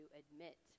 admit